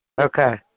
Okay